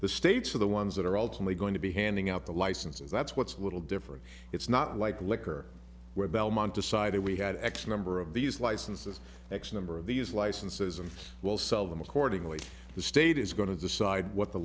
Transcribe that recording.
the states are the ones that are ultimately going to be handing out the licenses that's what's a little different it's not like liquor where belmont decided we had x number of these licenses x number of these licenses and we'll sell them accordingly the state is going to decide what the